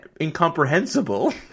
incomprehensible